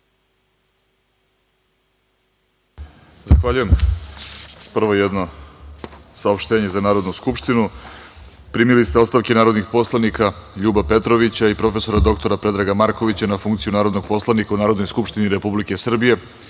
Zahvaljujem. Prvo jedno saopštenje za Narodnu skupštinu. Primili ste ostavke narodnih poslanika Ljuba Petrovića i prof. dr Predraga Markovića na funkciju narodnog poslanika u Narodnoj skupštini Republike Srbije